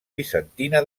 bizantina